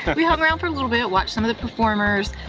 and we hung out for a little bit, watched some of the performers.